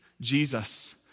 Jesus